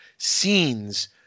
Scenes